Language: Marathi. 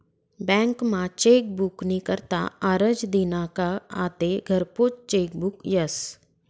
बँकमा चेकबुक नी करता आरजं दिना का आते घरपोच चेकबुक यस